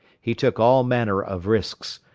he took all manner of risks,